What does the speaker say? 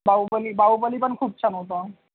बाहुबली बाहुबली पण खूप छान होता